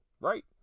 Right